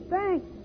Thanks